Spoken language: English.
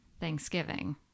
Thanksgiving